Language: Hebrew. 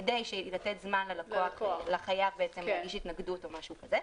כדי לתת זמן לחייב להגיש התנגדות או משהו כזה.